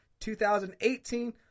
2018